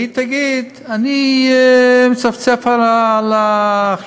והיא תגיד: אני מצפצפת על ההחלטה,